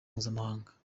mpuzamahanga